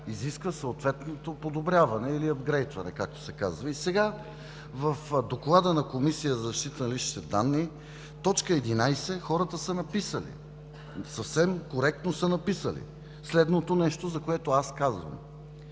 изисква съответното подобряване или ъпгрейдване, както се казва. Сега в Доклада на Комисията за защита на личните данни – точка 11, хората съвсем коректно са написали следното нещо, за което аз казвам: